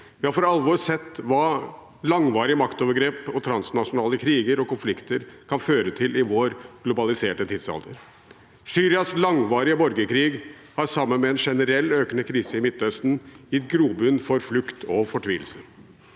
Vi har for alvor sett hva langvarige maktovergrep og transnasjonale kriger og konflikter kan føre til i vår globaliserte tidsalder. Syrias langvarige borgerkrig har sammen med en generell, økende krise i Midtøsten gitt grobunn for flukt og fortvilelse,